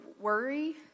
worry